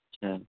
اچھا